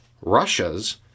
Russias